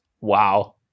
Wow